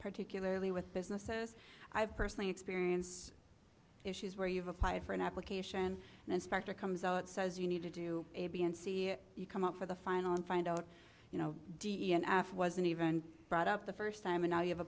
particularly with businesses i've personally experienced issues where you've applied for an application and inspector comes out says you need to do a b and c if you come up for the final and find out you know d e n f wasn't even brought up the first time and now you have a